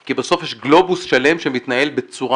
כי בסוף יש גלובוס שלם שמתנהל בצורה